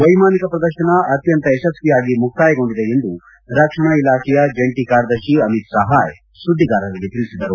ವೈಮಾನಿಕ ಪ್ರದರ್ಶನ ಅತ್ಯಂತ ಯಶಸ್ವಿಯಾಗಿ ಮುಕ್ತಾಯಗೊಂಡಿದೆ ಎಂದು ರಕ್ಷಣಾ ಇಲಾಖೆಯ ಜಂಟಿ ಕಾರ್ಯದರ್ಶಿ ಅಮಿತ್ ಸಹಾಯ್ ಸುದ್ದಿಗಾರರಿಗೆ ತಿಳಿಸಿದರು